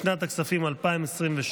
לשנת הכספים 2023,